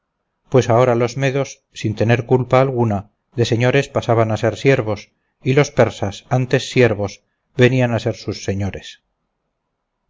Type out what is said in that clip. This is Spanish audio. pues ahora los medos sin tener culpa alguna de señores pasaban a ser siervos y los persas antes siervos venían a ser sus señores